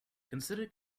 consider